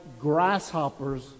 grasshoppers